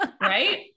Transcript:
Right